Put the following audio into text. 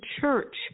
church